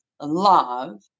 love